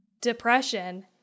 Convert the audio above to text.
Depression